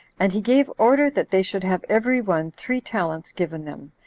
and he gave order that they should have every one three talents given them,